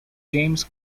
james